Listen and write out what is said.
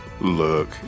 look